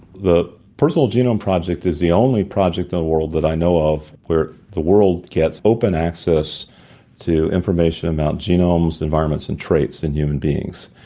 the personal genome project is the only project in the world that i know of where the world gets open access to information about genomes, environments and traits in human beings.